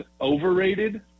overrated